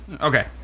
Okay